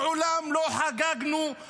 מעולם לא חגגנו,